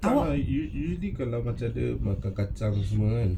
tak ah u~ usually kalau macam ada makan kacang semua kan